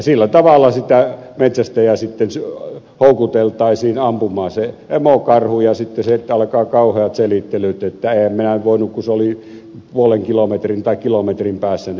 sillä tavalla sitä metsästäjää sitten houkuteltaisiin ampumaan se emokarhu ja sitten alkavat kauheat selittelyt että enhän minä nyt voinut tietää kun olivat puolen kilometrin tai kilometrin päässä ne pennut